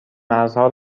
مرزها